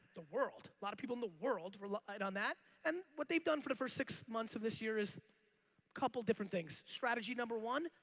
the world a lot of people in the world relied on that and what they've done for the first six months of this year is couple different things. strategy number one,